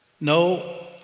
No